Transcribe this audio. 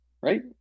right